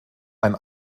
ein